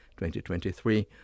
2023